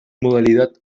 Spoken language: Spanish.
modalidad